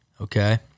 okay